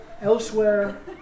Elsewhere